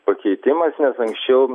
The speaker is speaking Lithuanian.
pakeitimas nes anksčiau